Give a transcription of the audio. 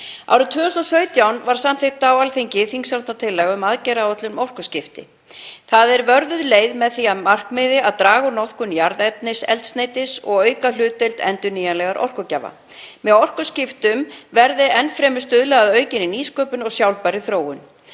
Árið 2017 var samþykkt á Alþingi þingsályktunartillaga um aðgerðaáætlun um orkuskipti. Þar er vörðuð leið með því markmiði að draga úr notkun jarðefnaeldsneytis og auka hlutdeild endurnýjanlegra orkugjafa. Með orkuskiptum verði enn fremur stuðlað að aukinni nýsköpun og sjálfbærri þróun.